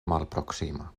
malproksima